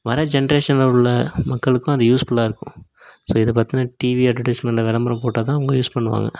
வர ஜென்ரேஷனில் உள்ள மக்களுக்கும் அது யூஸ்ஃபுல்லாக இருக்கும் ஸோ இது பற்றின டிவி அட்வர்டைஸ்மெண்டில் விளம்பரோம் போட்டால் தான் அவங்க யூஸ் பண்ணுவாங்க